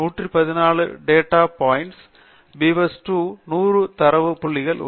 பீவர்ஸ்1 க்கு 114 data points உள்ளன பீவர்ஸ்2 க்கு 100 தரவு புள்ளிகள் உள்ளன